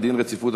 אנשים יתעשרו פה,